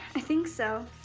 i think so.